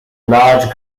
large